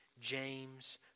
James